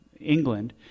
England